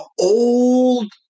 old